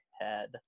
head